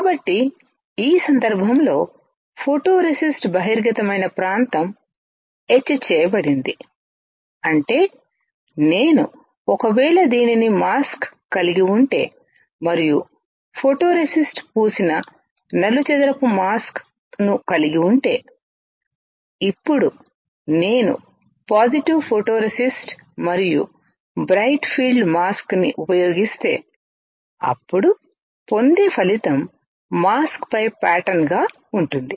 కాబట్టి ఈ సందర్భంలో ఫోటోరేసిస్ట్ బహిర్గతమయిన ప్రాంతం ఎచ్ చేయబడింది అంటే నేను ఒకవేళ దీనిని మాస్క్గా కలిగి ఉంటే మరియు ఫోటోరేసిస్ట్ పూసిన నలుచదరపు మాస్క్ను కలిగి ఉంటే ఇప్పుడు నేను పాజిటివ్ ఫోటోరేసిస్ట్ మరియు బ్రైట్ ఫీల్డ్ మాస్క్ని ఉపయోగిస్తే అప్పుడు పొందే ఫలితం మాస్క్ పై ప్యాటర్న్గా ఉంటుంది